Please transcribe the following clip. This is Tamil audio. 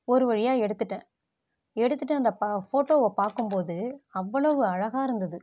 ஒரு வழியாக எடுத்துவிட்டேன் எடுத்துவிட்டு அந்த ஃபோட்டோவைப் பார்க்கும்போது அவ்வளவு அழகாக இருந்தது